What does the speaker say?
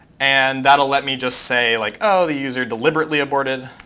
and that'll let me just say, like, oh, the user deliberately aborted.